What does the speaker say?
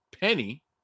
Penny